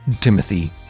Timothy